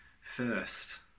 first